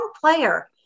player